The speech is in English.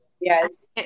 Yes